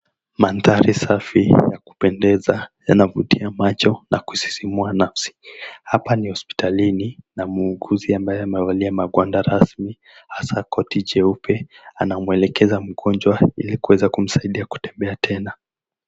Mandhari safi ya kupendeza yanavutia macho na kusisimua nafsi. Hapa ni hospitalini na muuguzi ambaye amevalia magwanda rasmi hasa koti jeupe anamwelekeza mgonjwa ili kuweza kumsaidia kutembea tena.